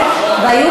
נמחקתי מהרשימה?